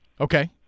Okay